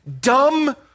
dumb